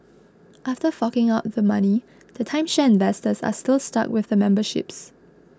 after forking out the money the timeshare investors are still stuck with the memberships